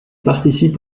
participe